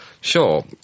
sure